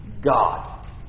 God